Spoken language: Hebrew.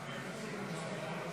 הסתייגות 82 לא התקבלה.